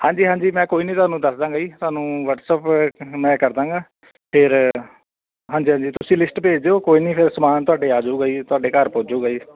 ਹਾਂਜੀ ਹਾਂਜੀ ਮੈਂ ਕੋਈ ਨਹੀਂ ਤੁਹਾਨੂੰ ਦੱਸ ਦਾਂਗਾ ਜੀ ਤੁਹਾਨੂੰ ਵਟਸਐਪ ਮੈਂ ਕਰ ਦਾਂਗਾ ਫਿਰ ਹਾਂਜੀ ਹਾਂਜੀ ਤੁਸੀਂ ਲਿਸਟ ਭੇਜ ਦਿਓ ਕੋਈ ਨਹੀਂ ਫਿਰ ਸਮਾਨ ਤੁਹਾਡੇ ਆ ਜਾਵੇਗਾ ਜੀ ਤੁਹਾਡੇ ਘਰ ਪੁੱਜ ਜੂਗਾ ਜੀ